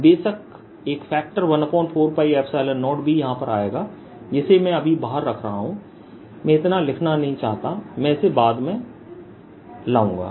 बेशक एक factor 14o भी यहां पर आएगा है जिसे मैं अभी बाहर रख रहा हूं मैं इतना लिखना नहीं चाहता मैं इसे बाद में लाऊंगा